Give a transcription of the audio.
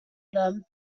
them